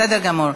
בסדר גמור.